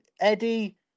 Eddie